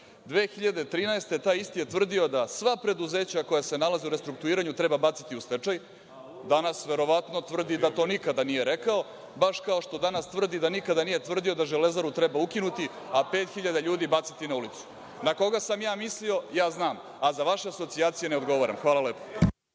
je taj isti tvrdio da sva preduzeća koja se nalaze u restruktuiranju treba baciti u stečaj, danas verovatno tvrdi da to nikada nije rekao, baš kao što danas tvrdi da nikada nije tvrdio da Železaru treba ukinuti, a 5.000 ljudi baciti na ulicu. Na koga sam ja mislio, ja znam, a za vaše asocijacije ne odgovaram. Hvala lepo.(Saša